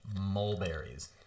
mulberries